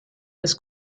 des